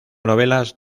novelas